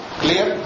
clear